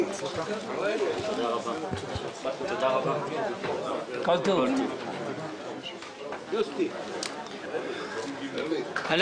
הישיבה ננעלה בשעה 10:34.